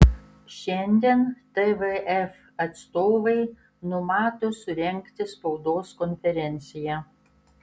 šiandien tvf atstovai numato surengti spaudos konferenciją